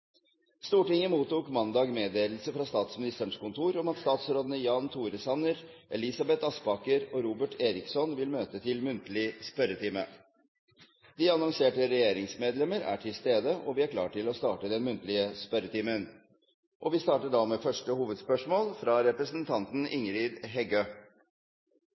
Stortinget mottok mandag meddelelse fra Statsministerens kontor om at statsrådene Jan Tore Sanner, Elisabeth Aspaker og Robert Eriksson vil møte til muntlig spørretime. De annonserte regjeringsmedlemmer er til stede, og vi er klare til å starte den muntlige spørretimen. Første hovedspørsmål er fra representanten Ingrid Heggø.